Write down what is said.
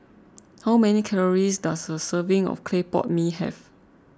how many calories does a serving of Clay Pot Mee have